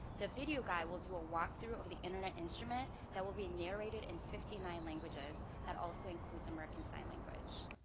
the video guide will do a walk through of the internet instrument that will be narrateed in fifty nine languages that also includes american sign language.